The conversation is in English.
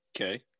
okay